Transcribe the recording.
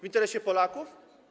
W interesie Polaków?